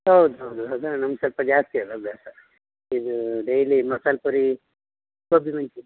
ಹೌದು ಹೌದು ಅದೆಲ್ಲ ನಮ್ಗೆ ಸ್ವಲ್ಪ ಜಾಸ್ತಿ ಅದು ಅಭ್ಯಾಸ ಇದು ಡೈಲಿ ಮಸಾಲೆ ಪುರಿ ಗೋಬಿ ಮಂಚು